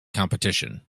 competition